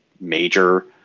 major